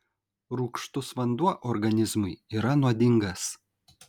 rūgštus vanduo organizmui yra nuodingas